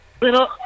Little